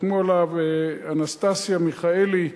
שחתמו עליו: אנסטסיה מיכאלי,